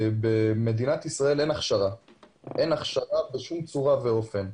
במדינת ישראל אין הכשרה בשום צורה ואופן.